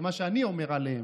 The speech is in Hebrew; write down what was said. זה מה שאני אומר עליהם.